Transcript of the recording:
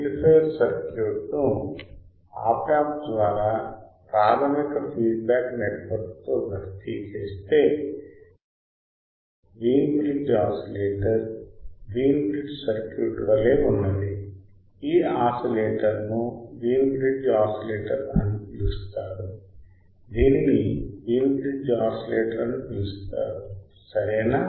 amplifier సర్క్యూట్ను op amp ద్వారా ప్రాథమిక ఫీడ్బ్యాక్ నెట్వర్క్తో భర్తీ చేస్తే Wien bridge oscillator Wien bridge circuit వలె ఉన్నది ఈ అసిలేటర్ను వీన్ బ్రిడ్జ్ ఆసిలేటర్ అని పిలుస్తారు దీనిని వీన్ బ్రిడ్జ్ ఆసిలేటర్ అని పిలుస్తారు సరేనా